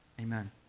amen